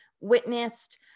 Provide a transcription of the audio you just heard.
witnessed